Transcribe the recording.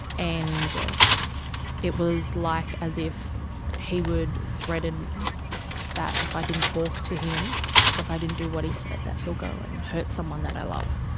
and it was like as if he would threaten that if i didn't talk to him or if i didn't do what he said, that he'll go and hurt someone that i love.